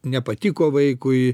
nepatiko vaikui